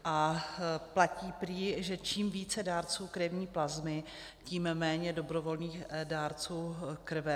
A platí prý, že čím více dárců krevní plazmy, tím méně dobrovolných dárců krve.